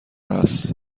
هست